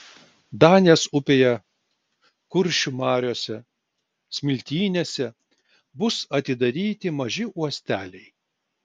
danės upėje kuršių mariose smiltynėse bus atidaryti maži uosteliai